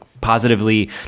positively